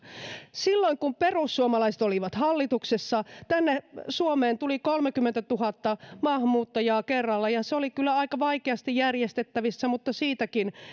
silloin kun perussuomalaiset olivat hallituksessa tänne suomeen tuli kolmekymmentätuhatta maahanmuuttajaa kerralla ja se oli kyllä aika vaikeasti järjestettävissä mutta siitäkin